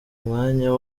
umwanya